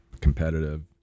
competitive